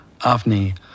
Avni